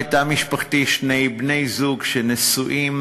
תא משפחתי: שני בני-זוג נשואים.